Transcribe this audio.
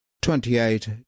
twenty-eight